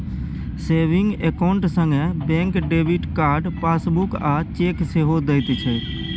saving account संगे bank debit card, passbook आ cheque सेहो दैत छै